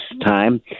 time